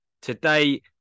Today